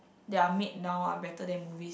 they are made now are better than movies